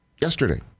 yesterday